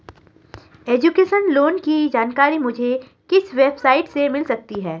Education loan की जानकारी मुझे किस वेबसाइट से मिल सकती है?